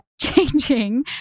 changing